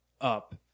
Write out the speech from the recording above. Up